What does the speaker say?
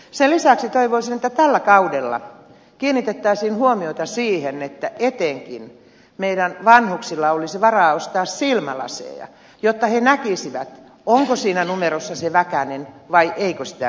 sen lisäksi toivoisin että tällä kaudella kiinnitettäisiin huomiota siihen että etenkin meidän vanhuksillamme olisi varaa ostaa silmälaseja jotta he näkisivät onko siinä numerossa se väkänen vai eikö sitä väkästä ole